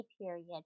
period